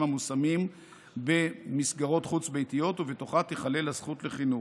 המושמים במסגרות חוץ-ביתיות ותיכלל בה הזכות לחינוך.